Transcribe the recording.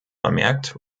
vermerkt